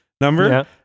number